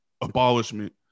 abolishment